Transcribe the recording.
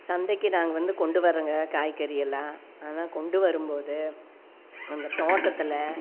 சந்தைக்கு நாங்கள் வந்து கொண்டு வரோம்க காய்கறியெல்லாம் ஆனால் கொண்டு வரும்போது அங்கே தோட்டத்தில்